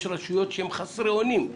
יש רשויות שהן חסרות אונים,